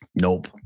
Nope